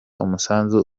umusanzu